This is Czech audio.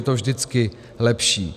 Je to vždycky lepší.